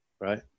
Right